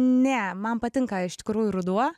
ne man patinka iš tikrųjų ruduo